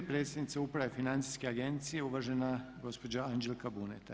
Predsjednica Uprave Financijske agencije uvažena gospođa Anđelka Buneta.